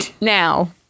Now